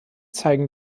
zeigen